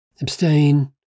abstain